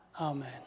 Amen